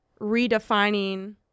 redefining